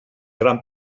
gran